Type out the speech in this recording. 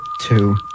Two